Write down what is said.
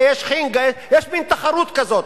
יש מין תחרות כזאת.